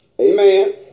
Amen